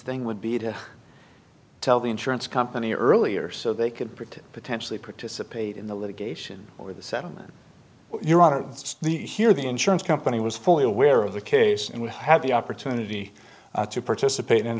thing would be to tell the insurance company earlier so they could pretty potentially participate in the litigation or the settlement your honor it's the here the insurance company was fully aware of the case and we had the opportunity to participate in